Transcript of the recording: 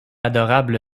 adorable